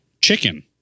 chicken